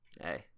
Hey